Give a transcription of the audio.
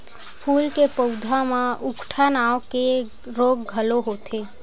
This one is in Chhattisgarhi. फूल के पउधा म उकठा नांव के रोग घलो होथे